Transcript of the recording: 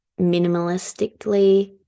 minimalistically